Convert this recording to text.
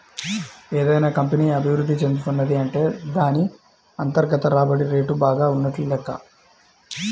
ఏదైనా కంపెనీ అభిరుద్ధి చెందుతున్నది అంటే దాన్ని అంతర్గత రాబడి రేటు బాగా ఉన్నట్లు లెక్క